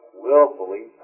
Willfully